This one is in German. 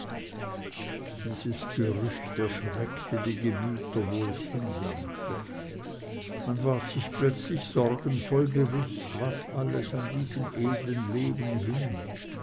dieses gerücht erschreckte die gemüter wo es hingelangte man ward sich plötzlich sorgenvoll bewußt was alles an diesem edeln leben hing